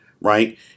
right